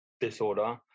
disorder